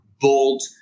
bold